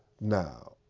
Now